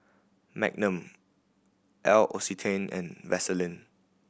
Magnum L'Occitane and Vaseline